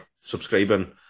subscribing